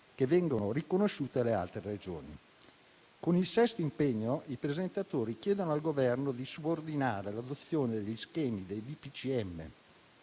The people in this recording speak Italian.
che vengono riconosciuti alle altre Regioni. Con il sesto impegno, i presentatori chiedono al Governo di subordinare l'adozione di schemi dei